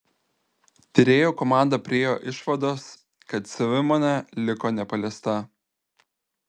tyrėjų komanda priėjo išvados kad savimonė liko nepaliesta